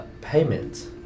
payment